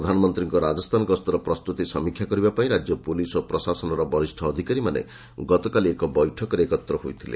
ପ୍ରଧାନମନ୍ତ୍ରୀଙ୍କ ରାଜସ୍ଥାନ ଗସ୍ତର ପ୍ରସ୍ତୁତି ସମୀକ୍ଷା କରିବାପାଇଁ ରାଜ୍ୟ ପ୍ରଲିସ୍ ଓ ପ୍ରଶାସନର ବରିଷ୍ଣ ଅଧିକାରୀମାନେ ଗତକାଲି ଏକ ବୈଠକରେ ଏକତ୍ର ହୋଇଥିଲେ